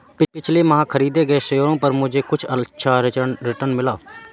पिछले माह खरीदे गए शेयरों पर मुझे अच्छा रिटर्न मिला